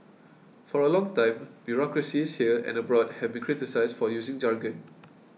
for a long time bureaucracies here and abroad have been criticised for using jargon